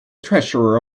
treasurer